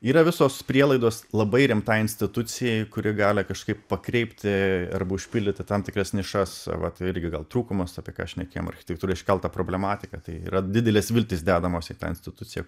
yra visos prielaidos labai rimtai institucijai kuri gali kažkaip pakreipti arba užpildyti tam tikras nišas vat irgi gal trūkumas apie ką šnekėjom architektūrai iškeltą problematiką tai yra didelės viltys dedamos į tą instituciją